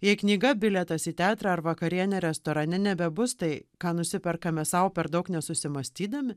jai knyga bilietas į teatrą ar vakarienė restorane nebebus tai ką nusiperkame sau per daug nesusimąstydami